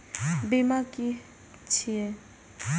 बीमा की छी ये?